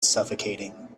suffocating